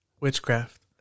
Witchcraft